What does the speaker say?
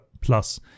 plus